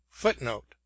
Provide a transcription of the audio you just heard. footnote